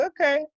Okay